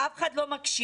אף אחד לא מקשיב.